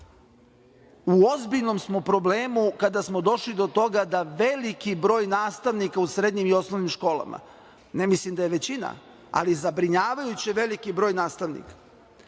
ozbiljnom smo problemu kada smo došli do toga da veliki broj nastavnika u srednjim i osnovnim školama, ne mislim da je većina, ali zabrinjavajuće veliki broj nastavnika